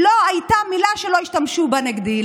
לא הייתה מילה שלא השתמשו בה נגדי.